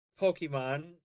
Pokemon